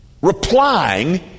replying